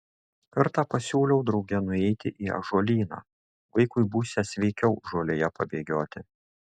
kartą pasiūliau drauge nueiti į ąžuolyną vaikui būsią sveikiau žolėje pabėgioti